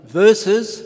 verses